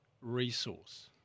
resource